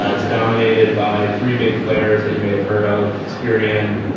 ah it's dominated by three big players that you may have heard of, experian,